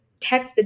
texted